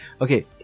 okay